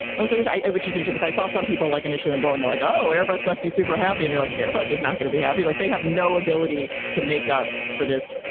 well so which i which is huge because i saw some people like initially and boeing the like, oh airbus must be super happy. and like airbus is not going to be happy. like they have no ability to make up for this,